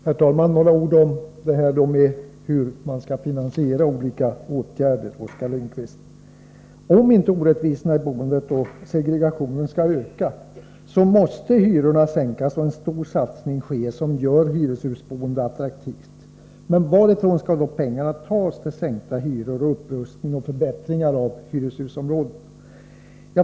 Herr talman! Några ord till Oskar Lindkvist om hur olika åtgärder skall finansieras: Om inte orättvisorna i boendet och segregationen skall öka, måste hyrorna sänkas och stora satsningar ske som gör hyreshusboende attraktivt. Varifrån skall då pengarna tas till sänkta hyror, upprustning och förbättringar inom hyreshusområdet?